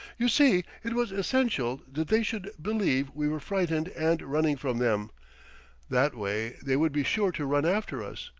you see, it was essential that they should believe we were frightened and running from them that way, they would be sure to run after us.